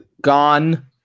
gone